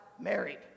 married